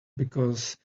because